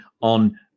on